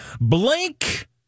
Blank